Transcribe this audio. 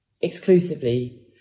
exclusively